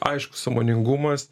aišku sąmoningumas